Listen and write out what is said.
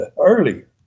earlier